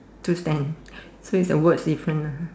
to stand so is the words different lah ha